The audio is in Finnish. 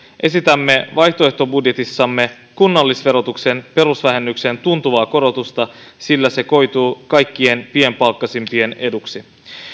esitämme vaihtoehtobudjetissamme kunnallisverotuksen perusvähennyksen tuntuvaa korotusta sillä se koituu kaikkien pienipalkkaisimpien eduksi